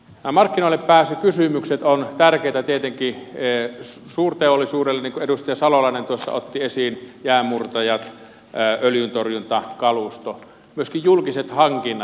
markkinoillepääsykysymykset ovat tärkeitä tietenkin suurteollisuudelle niin kuin edustaja salolainen tuossa otti esiin jäänmurtajat öljyntorjuntakalusto myöskin julkiset hankinnat